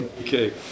okay